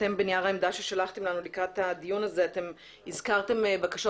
אתם בנייר העמדה ששלחתם לנו לקראת הדיון הזה הזכרתם בקשות